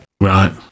Right